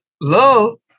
Love